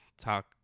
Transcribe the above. talk